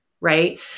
right